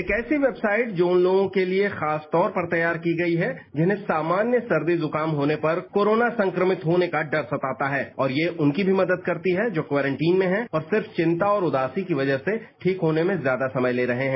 एक ऐसी वेबसाइट जो उन लोगों के लिए खासतौर पर तैयार की गई है जिन्हें सामान्य सर्दी जुकाम होने पर कोराना संक्रमित होने का डर सताता है और ये उनकी भी मदद करती है जो क्वारंटीन में हैं और सिर्फ चिंता और उदासी की वजह से ठीक होने में ज्यादा समय ले रहे हैं